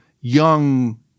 young